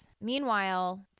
Meanwhile